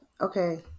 okay